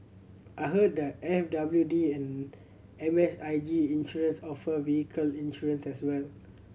I heard that F W D and M S I G Insurance offer vehicle insurance as well